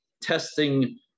testing